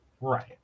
Right